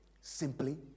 simply